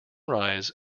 rise